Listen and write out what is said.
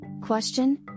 Question